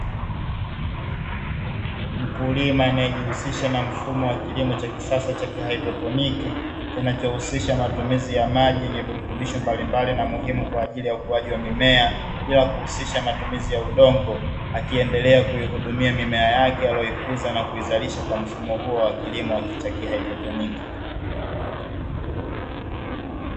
Mkulima anayejihusisha na mfumo wa kilimo cha kisasa cha kihaidroponi kinachohusisha matumizi ya maji yenye virutubisho mbalimbali na muhimu kwa ajili ya ukuaji wa mimea, bila kuhusisha matumizi ya udongo akiendelea kuihudumia mimea yake aliyoikuza na kuizalisha kwa mfumo huo wa kilimo cha kihaidroponi.